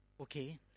Okay